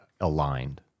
aligned